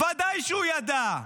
ודאי שהוא ידע.